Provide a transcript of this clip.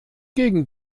gegen